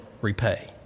repay